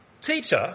Teacher